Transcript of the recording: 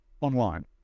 online